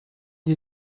sie